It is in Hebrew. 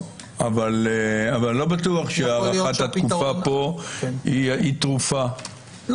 אבל לא בטוח שהארכת התקופה פה היא תרופה,